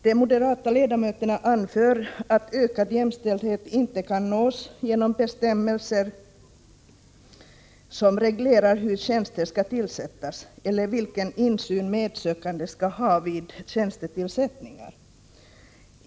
De moderata ledamöterna anför att ökad jämställdhet inte kan nås genom bestämmelser som reglerar hur tjänster skall tillsättas eller vilken insyn medsökande skall ha vid tjänstetillsättningar.